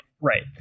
Right